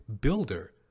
builder